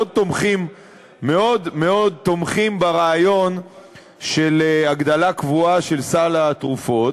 מאוד מאוד תומכים ברעיון של הגדלה קבועה של סל התרופות,